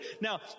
Now